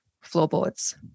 floorboards